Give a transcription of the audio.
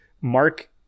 Mark